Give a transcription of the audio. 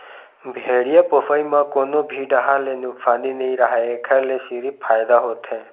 भेड़िया पोसई म कोनो भी डाहर ले नुकसानी नइ राहय एखर ले सिरिफ फायदा होथे